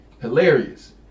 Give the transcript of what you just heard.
Hilarious